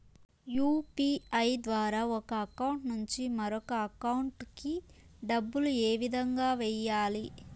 UPI ద్వారా ఒక account నుంచి మరొక అకౌంట్ కి డబ్బులు ఏ విధంగా వెయ్యాలి